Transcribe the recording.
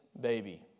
baby